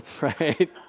Right